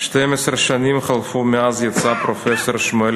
12 שנים חלפו מאז יצא פרופסור שמואל